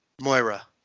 Moira